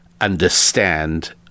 understand